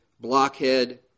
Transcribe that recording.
blockhead